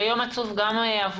זה יום עצוב גם עבורנו,